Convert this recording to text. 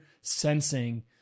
sensing